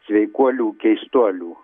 sveikuolių keistuolių